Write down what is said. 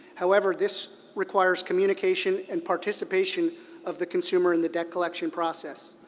however, this requires communication and participation of the consumer in the debt collection process.